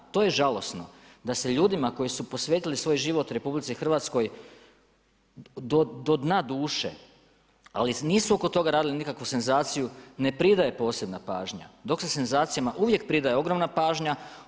To je žalosno da se ljudima koji su posvetili svoj život RH, do dna duše, ali nisu oko toga radili nikakvu senzaciju, ne pridaje posebna pažnja, dok se senzacijama uvijek predaje ogromna pažnja.